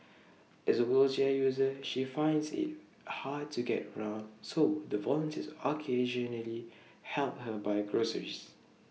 as A wheelchair user she finds IT hard to get around so the volunteers occasionally help her buy groceries